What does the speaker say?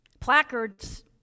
Placards